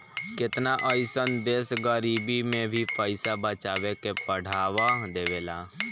केतना अइसन देश गरीबी में भी पइसा बचावे के बढ़ावा देवेला